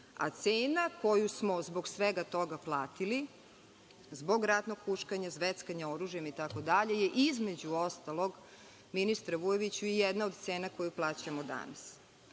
a cena koju smo zbog svega toga platili, zbog ratnog huškanja, zveckanja oružjem itd, je između ostalog, ministre Vujoviću, i jedna od cena koju plaćamo